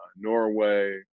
Norway